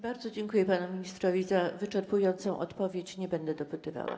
Bardzo dziękuję panu ministrowi za wyczerpującą odpowiedź, nie będę dopytywała.